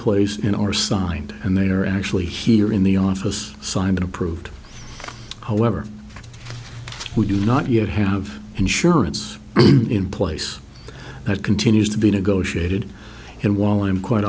place in our signed and they are actually here in the office signed approved however we do not yet have insurance in place that continues to be negotiated and while i am quite